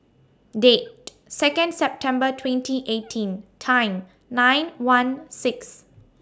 Date Second September twenty eighteen Time nine one six